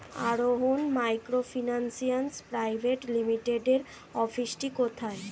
আরোহন microfinance private লিমিটেডের অফিসটি কোথায়?